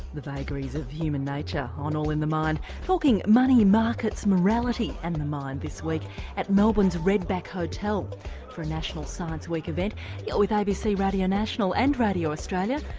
the vagaries of human nature on all in the mind talking money markets, morality and the mind this week at melbourne's redback hotel for national science week event yeah with abc radio national and radio australia,